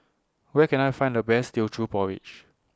Where Can I Find The Best Teochew Porridge